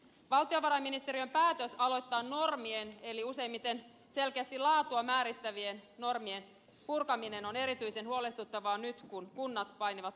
valtiovarainministeriön päätös aloittaa useimmiten selkeästi laatua määrittävien normien purkaminen on erityisen huolestuttavaa nyt kun kunnat painivat talousvaikeuksissa